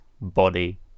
body